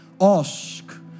ask